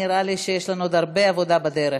נראה לי שיש לנו עוד הרבה עבודה בדרך,